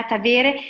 avere